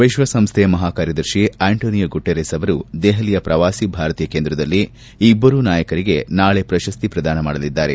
ವಿಶ್ವಸಂಸ್ಲೆಯ ಮಹಾಕಾರ್ಯದರ್ಶಿ Antonio Guterres ಅವರು ದೆಹಲಿಯ ಪ್ರವಾಸಿ ಭಾರತೀಯ ಕೇಂದ್ರದಲ್ಲಿ ಇಬ್ಬರೂ ನಾಯಕರಿಗೆ ನಾಳೆ ಪಶಸಿ ಪದಾನ ಮಾಡಲಿದ್ದಾರೆ